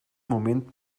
moment